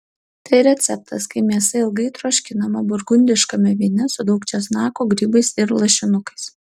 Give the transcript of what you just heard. tai receptas kai mėsa ilgai troškinama burgundiškame vyne su daug česnako grybais ir lašinukais